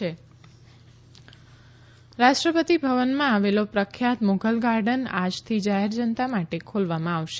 Mughal garden રાષ્ટ્રપતિ ભવનમાં આવેલો પ્રખ્યાત મુઘલ ગાર્ડન આજથી જાહેર જનતા માટે ખોલવામાં આવશે